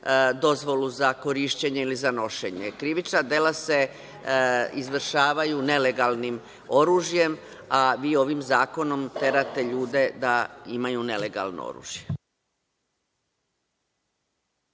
dozvolu za korišćenje ili za nošenje. Krivična dela se izvršavaju nelegalnim oružjem, vi ovim zakonom terate ljude da imaju nelegalno oružje.